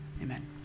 amen